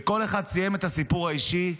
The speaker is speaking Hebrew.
וכל אחד סיים את הסיפור האישי במילים: